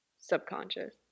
subconscious